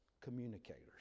communicators